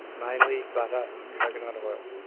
mainly butter and coconut oil.